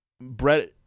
Brett